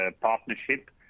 partnership